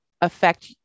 affect